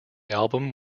album